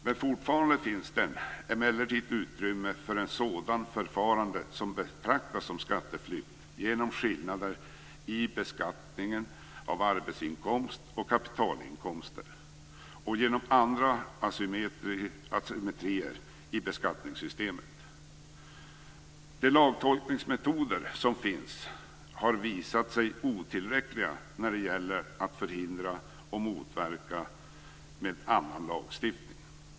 Men fortfarande finns det utrymme för ett sådant förfarande som betraktas som skatteflykt genom skillnader i beskattningen av arbetsinkomster och kapitalinkomster samt genom andra asymmetrier i beskattningssystemet. De lagtolkningsmetoder som finns har visat sig otillräckliga när det gäller att förhindra och motverka med annan lagstiftning.